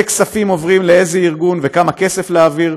כספים עוברים לאיזה ארגון וכמה כסף להעביר,